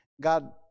God